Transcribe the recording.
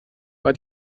war